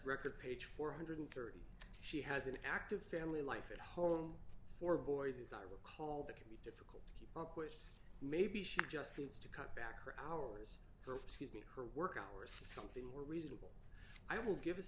record page four hundred and thirty she has an active family life at home for boys as i recall that can be difficult to keep up with maybe she gets to cut back her hours he's made her work hours something were reasonable i will give